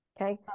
Okay